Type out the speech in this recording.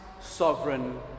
sovereign